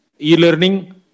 e-learning